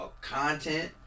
content